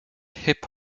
hip